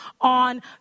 on